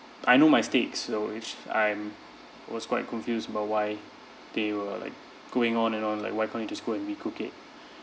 I know my steaks so which I'm was quite confused about why they were like going on and on like why can't you just go and recook it